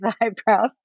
eyebrows